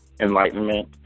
enlightenment